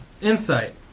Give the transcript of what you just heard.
Insight